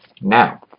Now